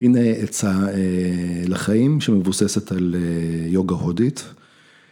‫הנה עצה לחיים ‫שמבוססת על יוגה הודית.